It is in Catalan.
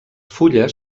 fulles